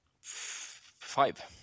Five